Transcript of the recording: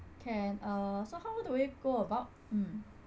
can uh so how do we go about mm